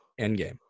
Endgame